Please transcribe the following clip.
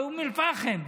באום אל-פחם,